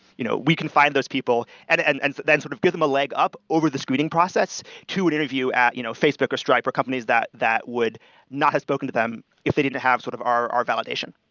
you know we can find those people and and and then sort of give them a leg up over the screening process to an interview at you know facebook or stripe or companies that that would not have spoken to if they didn't have sort of our our validation.